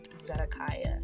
zedekiah